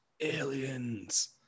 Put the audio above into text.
aliens